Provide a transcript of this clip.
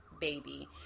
baby